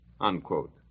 unquote